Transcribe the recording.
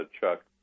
Chuck